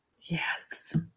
Yes